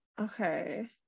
Okay